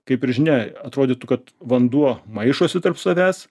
kaip ir žinia atrodytų kad vanduo maišosi tarp savęs